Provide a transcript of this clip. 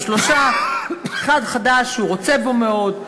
או שלושה: אחד חדש שהוא רוצה בו מאוד,